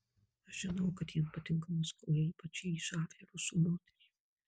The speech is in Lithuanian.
aš žinau kad jam patinka maskvoje ypač jį žavi rusų moterys